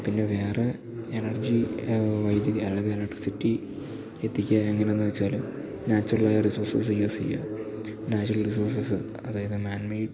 പിന്നെ വേറെ എനർജി വൈദ്യതി അതായത് എലക്ട്രിസിറ്റി എത്തിക്കുക എങ്ങനെയാണെന്ന് വെച്ചാല് നാച്ചുറലായ റിസോഴ്സസ് യൂസ് ചെയ്യുക നാച്ചുറൽ റിസോഴ്സസ് അതായത് മാൻ മെയ്ഡ്